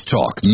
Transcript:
Talk